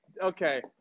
Okay